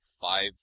five